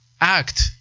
act